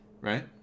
right